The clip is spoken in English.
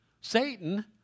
Satan